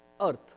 earth